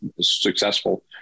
successful